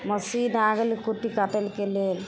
machine आ गेलैया कुट्टी काटेके लेल